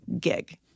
gig